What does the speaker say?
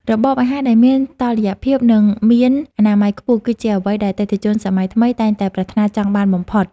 របបអាហារដែលមានតុល្យភាព និងមានអនាម័យខ្ពស់ គឺជាអ្វីដែលអតិថិជនសម័យថ្មីតែងតែប្រាថ្នាចង់បានបំផុត។